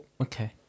Okay